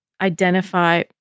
identify